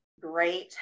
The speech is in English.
great